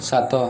ସାତ